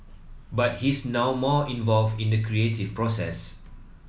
but he's now more involved in the creative process